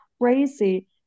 crazy